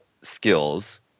skills